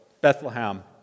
Bethlehem